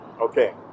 Okay